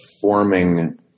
forming